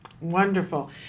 Wonderful